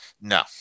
No